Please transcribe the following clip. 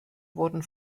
wurden